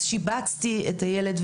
אז שיבצתי את הילד,